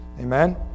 Amen